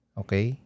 okay